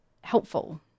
helpful